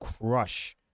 crush